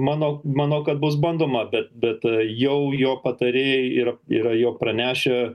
mano mano kad bus bandoma bet bet jau jo patarėjai yra yra jo pranešę